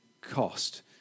cost